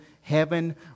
heaven